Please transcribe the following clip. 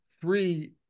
three